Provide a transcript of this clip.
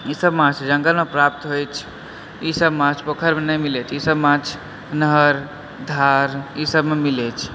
ई सब माछ जङ्गलमे प्राप्त होइछ ई सब माछ पोखरिमे नै मिलैछ ई सब माछ नहरि धार ई सबमे मिलैछ